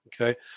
okay